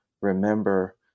remember